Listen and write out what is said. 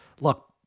look